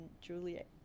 Juliet